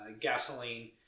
gasoline